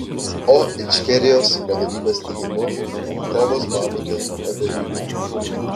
o ičkerijos vadovybės teigimu kovos bamute tebevyko